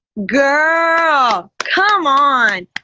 girl! come on!